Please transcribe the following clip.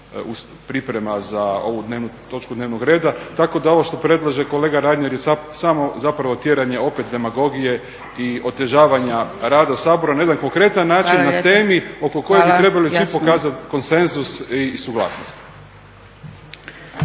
priprema za ovu točku dnevnog reda tako da ovo što predlaže kolega Reiner je samo zapravo tjeranje opet demagogije i otežavanja rada Sabora na jedan konkretan način na temi oko koje bi trebali svi pokazati konsenzus i suglasnost.